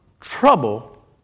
trouble